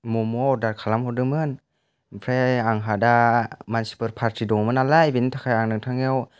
मम' अर्दार खालामहरदोंमोन ओमफ्राय आंहा दा मानसिफोर फारथि दङमोन नालाय बिनि थाखाय आं नोंथांनियाव